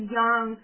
young